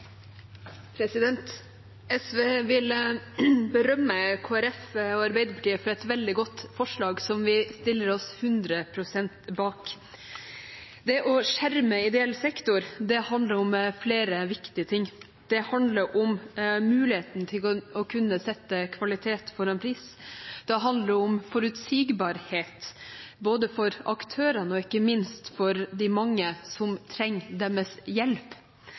SV vil berømme Kristelig Folkeparti og Arbeiderpartiet for et veldig godt forslag, som vi stiller oss 100 pst. bak. Det å skjerme ideell sektor handler om flere viktige ting. Det handler om muligheten til å kunne sette kvalitet foran pris, det handler om forutsigbarhet både for aktørene og ikke minst for de mange som trenger deres hjelp,